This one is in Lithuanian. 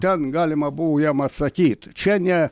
ten galima buvo jam atsakyti čia ne